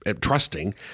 trusting